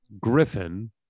Griffin